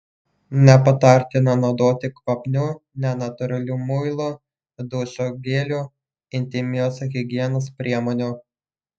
nepatartina naudoti kvapnių nenatūralių muilų dušo gelių intymios higienos priemonių